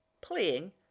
playing